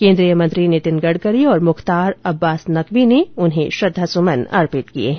केन्द्रीय मंत्री नितिन गडकरी और मुख्तार अब्बास नकवी ने उन्हें श्रद्वा सुमन अर्पित किए हैं